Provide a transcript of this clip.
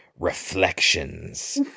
Reflections